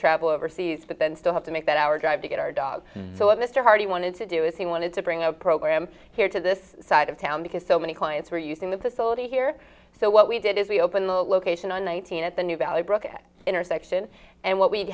travel overseas but then still have to make that hour drive to get our dog so if mr hardy wanted to do is he wanted to bring a program here to this side of town because so many clients are using the facility here so what we did is we opened the location on one thousand at the new valley brook at intersection and what we